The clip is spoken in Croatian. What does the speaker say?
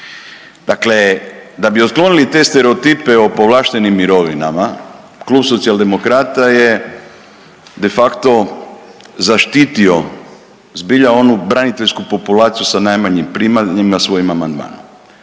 Dakle, da bi otklonili te stereotipe o povlaštenim mirovinama klub Socijaldemokrata je de facto zaštitio zbilja onu braniteljsku populaciju sa najmanjim primanjima svojim amandmanom.